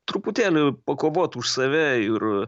truputėlį pakovot už save ir